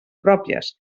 pròpies